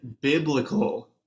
biblical